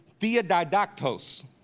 theodidactos